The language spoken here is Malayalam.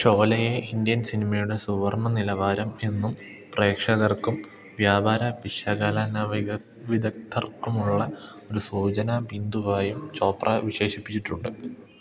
ഷോലെയെ ഇന്ത്യൻ സിനിമയുടെ സുവർണ്ണ നിലവാരം എന്നും പ്രേക്ഷകർക്കും വ്യാപാര വിശകലന വിദഗ്ധർക്കുമുള്ള ഒരു സൂചന ബിന്ദുവായും ചോപ്ര വിശേഷിപ്പിച്ചിട്ടുണ്ട്